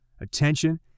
attention